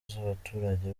z’abaturage